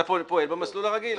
אתה פועל במסלול הרגיל.